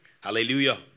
hallelujah